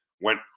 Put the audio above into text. went